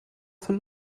für